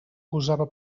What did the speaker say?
gosava